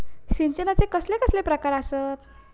सिंचनाचे कसले कसले प्रकार आसत?